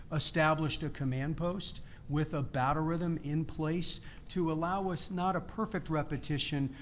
established a command post with a battle rhythm in place to allow us not a perfect repetition,